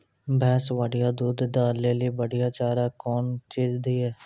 भैंस बढ़िया दूध दऽ ले ली बढ़िया चार कौन चीज दिए?